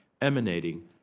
emanating